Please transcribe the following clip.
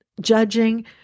judging